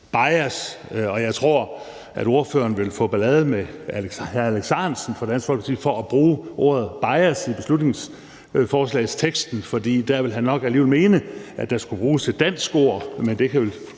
bias. Jeg tror, at ordføreren vil få ballade med hr. Alex Ahrendtsen fra Dansk Folkeparti for at bruge ordet bias i beslutningsforslagets tekst, for der vil han nok alligevel mene, at der skulle bruges et dansk ord, men det kan